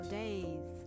days